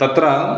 तत्र